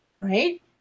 right